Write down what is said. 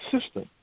system